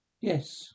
Yes